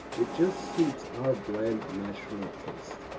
it just suits our bland national taste,